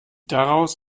daraus